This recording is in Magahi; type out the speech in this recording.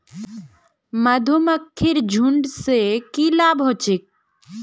मधुमक्खीर झुंड स की लाभ ह छेक